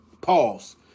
Pause